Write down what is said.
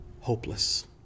hopeless